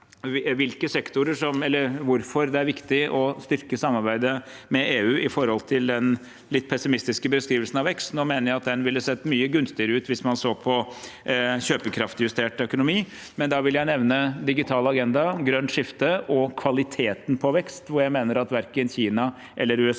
hvorfor det er viktig å styrke samarbeidet med EU sett i forhold til den litt pessimistiske beskrivelsen av vekst. Nå mener jeg at den ville sett mye gunstigere ut hvis man så på kjøpekraftjustert økonomi, men jeg vil nevne digital agenda, grønt skifte og kvaliteten på vekst, hvor jeg mener at verken Kina eller USA